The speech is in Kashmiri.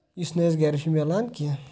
یُس نہٕ اَسہِ گرِ چھُ مِلان کیٚنٛہہ